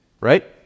right